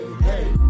Hey